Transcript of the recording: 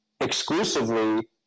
exclusively